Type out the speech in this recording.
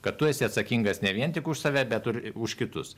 kad tu esi atsakingas ne vien tik už save bet ir už kitus